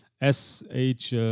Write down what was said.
S-H